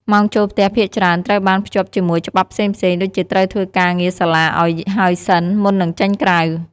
ម៉ោងចូលផ្ទះភាគច្រើនត្រូវបានភ្ជាប់ជាមួយច្បាប់ផ្សេងៗ ដូចជាត្រូវធ្វើការងារសាលាឱ្យហើយសិន មុននឹងចេញក្រៅ។